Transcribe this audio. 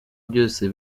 byose